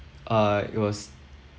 ah it was